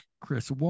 Chris